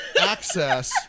access